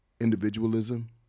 individualism